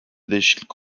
değişiklik